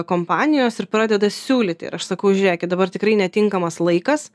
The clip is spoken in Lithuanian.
kompanijos ir pradeda siūlyti ir aš sakau žiūrėkit dabar tikrai netinkamas laikas